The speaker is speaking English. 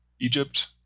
Egypt